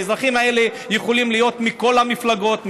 והאזרחים האלה יכולים להיות מכל המפלגות,